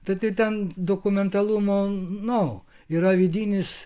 tad ten dokumentalumo nu yra vidinis